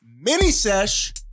mini-sesh